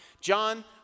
John